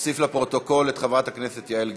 נוסיף לפרוטוקול את חברת הכנסת יעל גרמן,